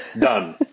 done